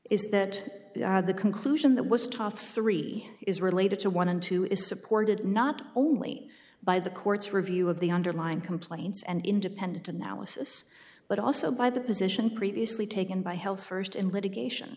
is that the conclusion that was taught three is related to one and two is supported not only by the court's review of the underlying complaints and independent analysis but also by the position previously taken by health first in litigation